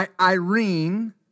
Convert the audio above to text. irene